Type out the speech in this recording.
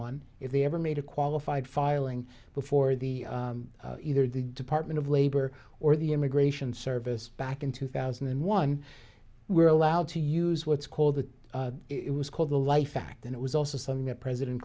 one if they ever made a qualified filing before the either the department of labor or the immigration service back in two thousand and one were allowed to use what's called the it was called the life fact and it was also something that president